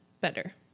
better